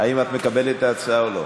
האם את מקבלת את ההצעה או לא?